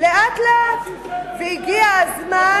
לאט לאט, והגיע הזמן